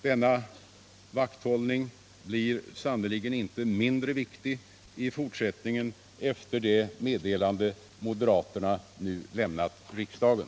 Denna vakthållning blir sannerligen inte mindre viktig i fortsättningen efter det meddelande moderaterna nu lämnat riksdagen.